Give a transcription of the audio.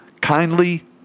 kindly